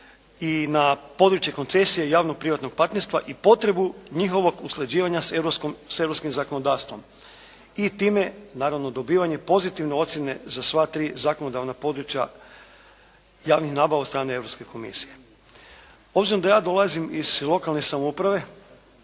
i na područje koncesije javno-privatnog partnerstva i potrebu njihovog usklađivanja s europskim zakonodavstvom i time naravno dobivanje pozitivne ocjene za sva tri zakonodavna područja javnih nabava od strane Europske komisije. Obzirom da ja dolazim iz lokalne samouprave,